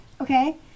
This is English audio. okay